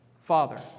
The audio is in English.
Father